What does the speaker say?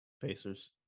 Pacers